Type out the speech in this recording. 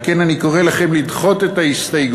על כן אני קורא לכם לדחות את ההסתייגות,